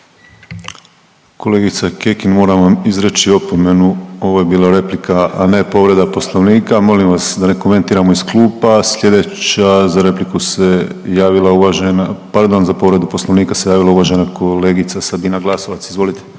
Kolegice Kekin moram vam izreći opomenu. Ovo je bila replika, a ne povreda Poslovnika. Molim vas da ne komentiramo iz klupa. Sljedeća za repliku se javila uvažena, pardon za povredu Poslovnika se javila uvažena kolegica Sabina Glasovac. Izvolite.